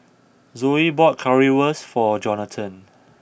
Zoey bought Currywurst for Jonathan